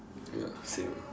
ya same ah